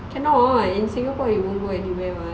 cannot in singapore you won't go anywhere [one]